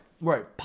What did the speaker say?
Right